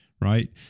right